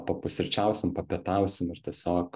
papusryčiausim papietausim ir tiesiog